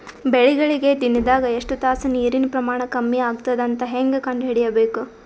ಬೆಳಿಗಳಿಗೆ ದಿನದಾಗ ಎಷ್ಟು ತಾಸ ನೀರಿನ ಪ್ರಮಾಣ ಕಮ್ಮಿ ಆಗತದ ಅಂತ ಹೇಂಗ ಕಂಡ ಹಿಡಿಯಬೇಕು?